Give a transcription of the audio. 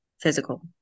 physical